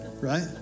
Right